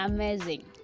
Amazing